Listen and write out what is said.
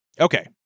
Okay